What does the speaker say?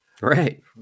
Right